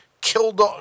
killed